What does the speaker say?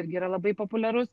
irgi yra labai populiarus